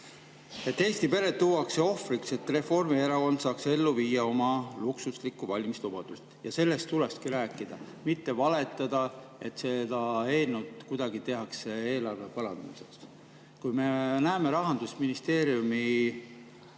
Eesti pered tuuakse ohvriks, et Reformierakond saaks ellu viia oma luksuslikku valimislubadust. Ja sellest tulekski rääkida, mitte valetada, et seda eelnõu kuidagi tehakse eelarve parandamiseks. Kui me näeme Rahandusministeeriumi